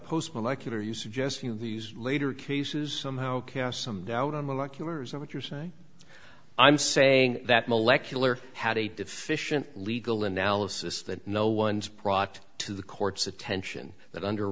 post molecular you suggest you lose later cases somehow casts some doubt on molecular is that what you're saying i'm saying that molecular had a deficient legal analysis that no one's product to the court's attention that under